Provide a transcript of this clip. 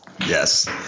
Yes